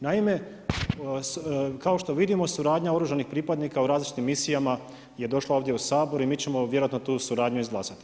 Naime, kao što vidimo suradnja oružanih pripadnika u različitim misijama je došla ovdje u Sabor i mi ćemo vjerojatno tu suradnju izglasati.